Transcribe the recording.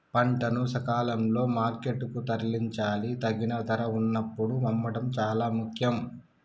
పంటను సకాలంలో మార్కెట్ కు తరలించాలి, తగిన ధర వున్నప్పుడు అమ్మడం చాలా ముఖ్యం